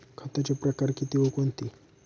खताचे प्रकार किती व कोणते?